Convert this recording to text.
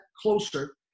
closer